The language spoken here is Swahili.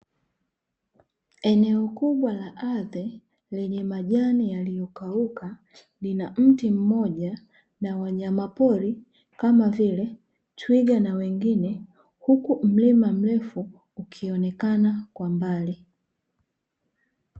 Eneo kubwa la ardhi lenye majani yaliyo kauka lina mti mmoja na wanyama pori kama vile twiga na wengine, huku mlima mrefu ukionekana kwa mbali.